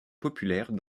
populaire